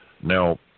Now